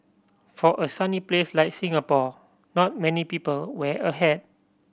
for a sunny place like Singapore not many people wear a hat